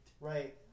Right